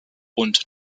und